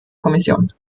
kommission